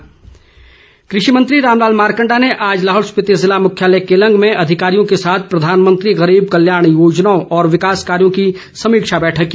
मारकंडा कृषि मंत्री रामलाल मारकंडा ने आज लाहौल स्पिति जिला मुख्यालय केलंग में अधिकारियों के साथ प्रधानमंत्री गरीब कल्याण योजनाओं और विकास कार्यो की समीक्षा बैठक की